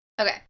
Okay